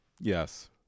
Yes